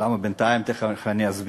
ולמה בינתיים, תכף אני אסביר.